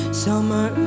summer